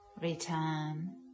return